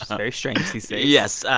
very strange these days yes.